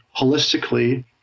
holistically